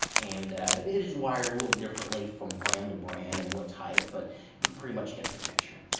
and it is wired a little differently from brand to brand and what type, but you pretty much get the picture.